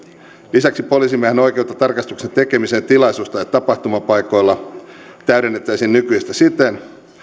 lisäksi poliisimiehen oikeutta tarkastuksen tekemiseen tilaisuus tai tapahtumapaikoilla täydennettäisiin nykyisestä siten